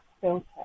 filter